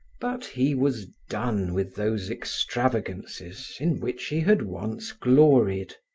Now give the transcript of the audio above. but he was done with those extravagances in which he had once gloried.